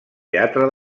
teatre